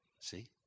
See